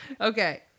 Okay